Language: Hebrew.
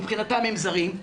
מבחינתם הם זרים,